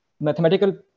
mathematical